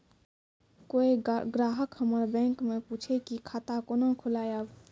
कोय ग्राहक हमर बैक मैं पुछे की खाता कोना खोलायब?